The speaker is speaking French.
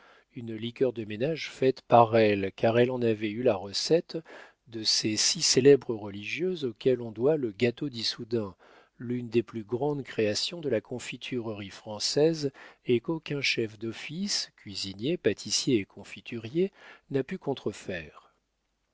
une liqueur de ménage faite par elle car elle en avait eu la recette de ces si célèbres religieuses auxquelles on doit le gâteau d'issoudun l'une des plus grandes créations de la confiturerie française et qu'aucun chef d'office cuisinier pâtissier et confiturier n'a pu contrefaire